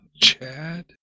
Chad